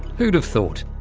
who'd have thought.